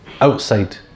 outside